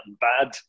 bad